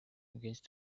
against